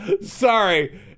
Sorry